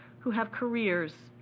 who have careers,